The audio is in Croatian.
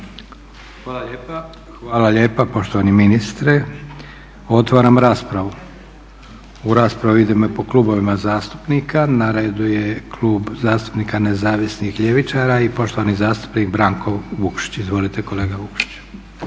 Hvala lijepa poštovani ministre. Otvaram raspravu. U raspravu idemo po klubovima zastupnika. Na redu je Klub zastupnika Nezavisnih ljevičara i poštovani zastupnik Branko Vukšić. Izvolite kolega Vukšić.